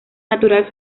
natural